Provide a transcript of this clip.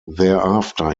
thereafter